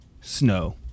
snow